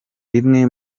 bimwe